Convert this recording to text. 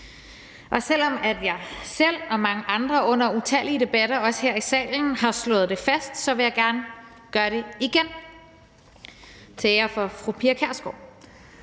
om. Selv om jeg selv og mange andre under utallige debatter, også her i salen, har slået det fast, vil jeg gerne gøre det igen til ære for fru Pia Kjærsgaard.